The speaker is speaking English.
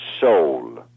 soul